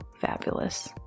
fabulous